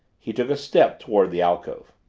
he took a step toward the alcove.